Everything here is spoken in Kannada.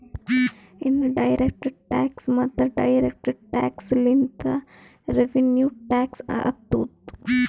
ಇನ್ ಡೈರೆಕ್ಟ್ ಟ್ಯಾಕ್ಸ್ ಮತ್ತ ಡೈರೆಕ್ಟ್ ಟ್ಯಾಕ್ಸ್ ಲಿಂತೆ ರೆವಿನ್ಯೂ ಟ್ಯಾಕ್ಸ್ ಆತ್ತುದ್